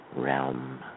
realm